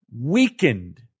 weakened